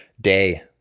day